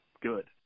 good